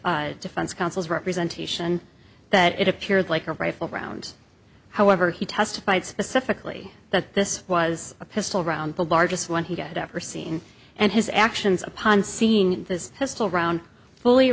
with defense counsel's representation that it appeared like a rifle round however he testified specifically that this was a pistol round the largest one he had ever seen and his actions upon seeing this pistol round fully